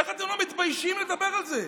איך אתם לא מתביישים לדבר על זה?